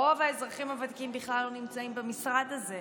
רוב האזרחים הוותיקים בכלל לא נמצאים במשרד הזה.